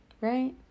right